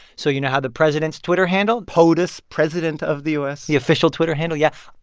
so you know how the president's twitter handle. potus, president of the u s the official twitter handle, yeah.